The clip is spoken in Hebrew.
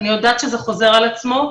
אני יודעת שזה חוזר על עצמו,